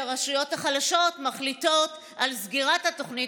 הרשויות החלשות מחליטות על סגירת התוכנית